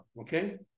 Okay